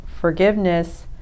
forgiveness